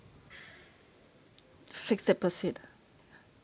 fixed deposit